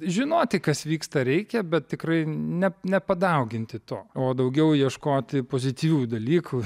žinoti kas vyksta reikia bet tikrai ne nepadauginti to o daugiau ieškoti pozityvių dalykų